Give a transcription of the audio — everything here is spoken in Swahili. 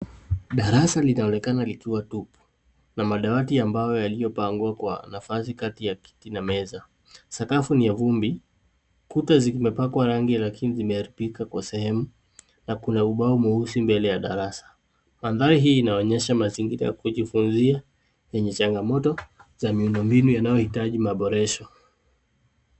Darasa linaonekana likiwa tupu na madawati ya mbao yaliyopangwa kwa nafasi kati ya kiti na meza. Sakafu ni ya vumbi. Kuta zimepakwa rangi lakini zimeharibika kwa sehemu na kuna ubao mweusi mbele ya darasa. Mandhari hii inaonyesha mazingira ya kujifunzia yenye changamoto za miundombinu yanayohitaji maboresho.